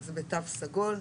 זה בתו סגול.